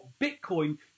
Bitcoin